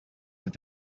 that